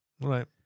Right